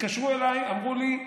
התקשרו אליי ואמרו לי: